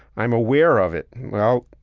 i'm aware of it. well,